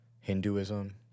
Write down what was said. Hinduism